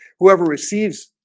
whoever receives